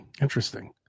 Interesting